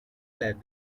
led